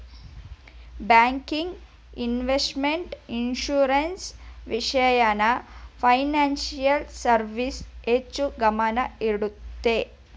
banking, investment, insurance, ವಿಷಯನ financial service ಹೆಚ್ಚು ಗಮನ ಇಡುತ್ತೆ